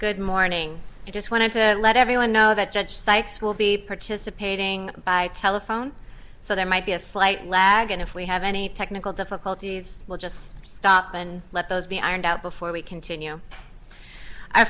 good morning i just wanted to let everyone know that judge sykes will be participating by telephone so there might be a slight lag and if we have any technical difficulties just stop and let those be ironed out before we continue